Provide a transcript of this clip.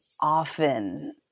often